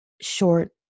short